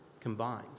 Combines